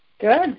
Good